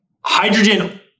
hydrogen